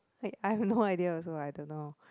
like I've no idea also I don't know